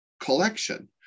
collection